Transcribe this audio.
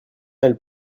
elles